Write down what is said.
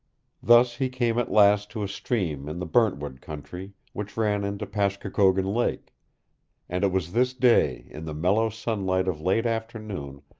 thus he came at last to a stream in the burntwood country which ran into pashkokogon lake and it was this day, in the mellow sunlight of late afternoon,